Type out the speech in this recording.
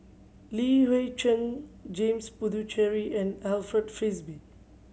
Li Hui Cheng James Puthucheary and Alfred Frisby